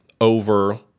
over